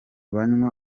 banywa